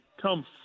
come